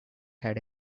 had